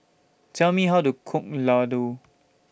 Tell Me How to Cook Ladoo